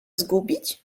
zgubić